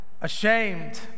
ashamed